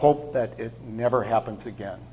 hope that it never happens again